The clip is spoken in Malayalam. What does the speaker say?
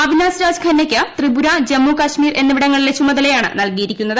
അവിനാസ് രാജ് ഖന്നക്ക് ത്രിപുര ജമ്മുകാശ്മീർ എന്നിവിടങ്ങളിലെ ചുമതലയാണ് നൽകിയിരിക്കുന്നത്